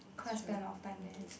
quite spend of time there